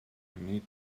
need